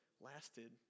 lasted